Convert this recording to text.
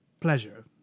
pleasure